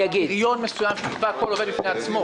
פריון מסוים שיקבע כל עובד בפני עצמו.